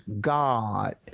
God